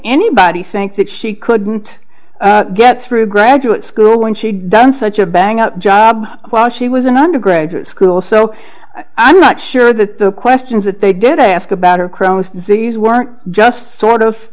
anybody think that she couldn't get through graduate school when she done such a bang up job while she was an undergraduate school so i'm not sure that the questions that they did ask about her chromosome these were just sort of